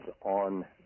on